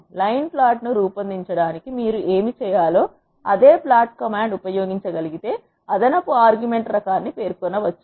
line plot ను రూపొందించడానికి మీరు ఏమి చేయాలో అదే ప్లాట్ కమాండ్ ఉపయోగించగలిగితే అదనపు ఆర్గ్యుమెంట్ రకాన్ని1 పేర్కొనవచ్చు